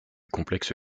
complexe